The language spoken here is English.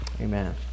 Amen